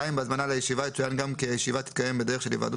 בהזמנה לישיבה יצוין גם כי הישיבה תקיים בדרך של היוועדות